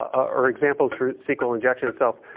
ah or examples for sql injection itself,